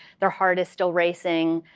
their heart is still racing.